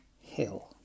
Hill